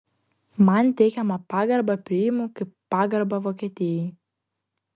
man teikiamą pagarbą priimu kaip pagarbą vokietijai